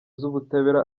z’ubutabera